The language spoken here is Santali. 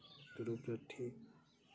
ᱨᱩᱯ ᱞᱟᱹᱴᱷᱤ